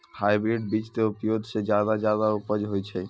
hybrid बीज के उपयोग सॅ ज्यादा उपज होय छै